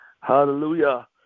Hallelujah